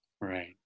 Right